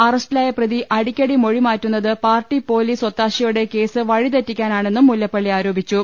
അറസ്റ്റിലായ പ്രതി അടിക്കടി മൊഴിമാറ്റുന്നത് പാർട്ടി പോലീസ് ഒത്താശയോടെ കേസ് വഴിതെറ്റിക്കാൻ ആണെന്നും മുല്ലപ്പള്ളി ആരോപിച്ചു